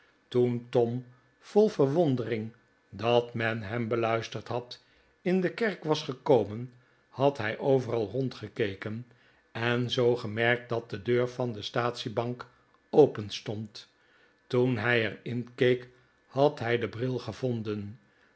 toen tom vol verwondering dat men hem beluisterd had in de kerk was gekomen had hij overal rondgekeken en zoo gemerkt dat de deur van de statiebank openstond toen hij er in keek had hij den bril gevonden